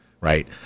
Right